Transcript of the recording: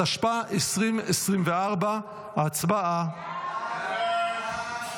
התשפ"ה 2024. הצבעה.